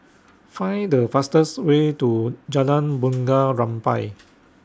Find The fastest Way to Jalan Bunga Rampai